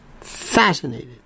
fascinated